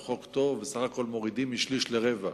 הוא חוק טוב, בסך הכול מורידים משליש לרבע.